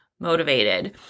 motivated